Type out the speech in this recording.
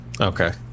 Okay